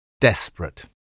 Desperate